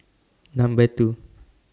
Number two